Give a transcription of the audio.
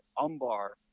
Umbar